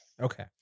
Okay